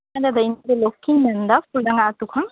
ᱤᱧ ᱫᱚ ᱞᱚᱠᱠᱷᱤᱧ ᱢᱮᱱ ᱮᱫᱟ ᱠᱩᱞᱰᱟᱸᱜᱟ ᱟᱹᱛᱩ ᱠᱷᱚᱱ